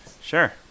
Sure